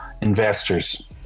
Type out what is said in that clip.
investors